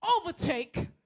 overtake